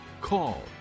call